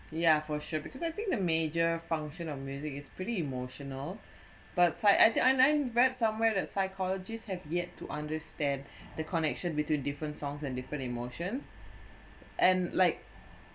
yeah for sure because I think the major function of music is pretty emotional but I I I read somewhere that psychologists have yet to understand the connection between different songs and different emotions and like